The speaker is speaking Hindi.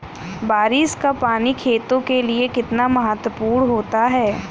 बारिश का पानी खेतों के लिये कितना महत्वपूर्ण होता है?